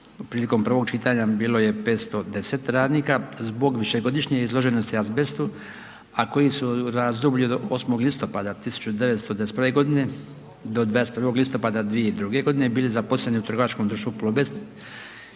a prilikom prvog čitanja bilo je 510 radnika zbog višegodišnje izloženosti azbestu, a koji su u razdoblju od 8. listopada 1991.g. do 21. listopada 2002.g. bili zaposleni u trgovačkom društvu Plobest